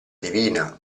divina